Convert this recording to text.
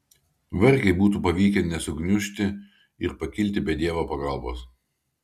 vargiai būtų pavykę nesugniužti ir pakilti be dievo pagalbos